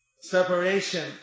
separation